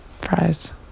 Fries